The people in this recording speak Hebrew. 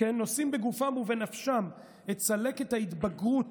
נושאים בגופם ובנפשם את צלקת ההתבגרות